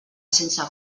sense